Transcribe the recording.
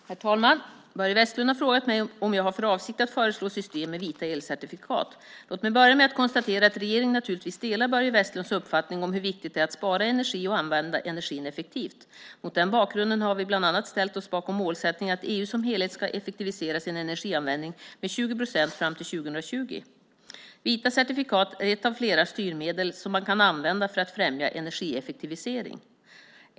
Herr talman! Börje Vestlund har frågat mig om jag har för avsikt att föreslå system med vita elcertifikat. Låt mig börja med att konstatera att regeringen naturligtvis delar Börje Vestlunds uppfattning om hur viktigt det är att spara energi och använda energin effektivt. Mot den bakgrunden har vi bland annat ställt oss bakom målsättningen att EU som helhet ska effektivisera sin energianvändning med 20 procent fram till 2020. Vita certifikat är ett av flera styrmedel som man kan använda för att främja energieffektivisering.